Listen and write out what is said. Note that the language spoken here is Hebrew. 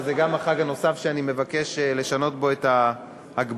שזה החג הנוסף שאני מבקש לשנות בו את ההגבלה.